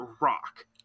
rock